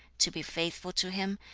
to be faithful to him,